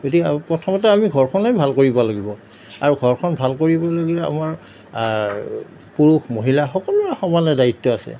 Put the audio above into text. গতিকে আৰু প্ৰথমতে আমি ঘৰখনেই ভাল কৰিব লাগিব আৰু ঘৰখন ভাল কৰিবলগীয়া আমাৰ পুৰুষ মহিলা সকলোৰে সমানে দায়িত্ব আছে